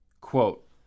Quote